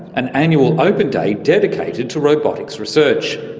an annual open-day dedicated to robotics research.